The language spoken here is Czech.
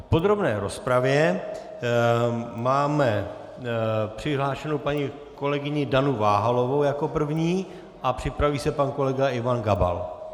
V podrobné rozpravě máme přihlášenou paní kolegyni Danu Váhalovou jako první a připraví se pan kolega Ivan Gabal.